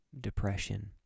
depression